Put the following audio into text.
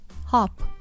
Hop